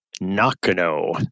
Nakano